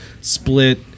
split